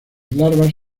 larvas